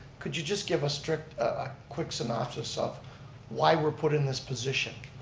could you just give a strict, a quick synopsis of why we're put in this position?